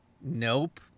nope